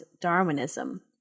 darwinism